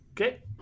Okay